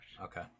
okay